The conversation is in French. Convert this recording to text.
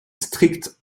stricte